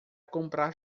comprar